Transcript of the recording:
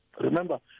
remember